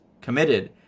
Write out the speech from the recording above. committed